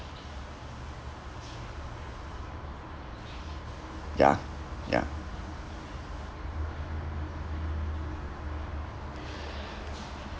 ya ya